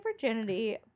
virginity